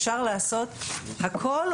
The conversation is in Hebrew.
אפשר לעשות הכול.